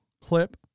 Clip